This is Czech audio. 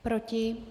Proti?